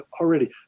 already